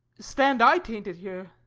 stand i tainted here,